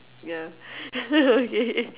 yeah okay